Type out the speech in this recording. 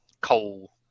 coal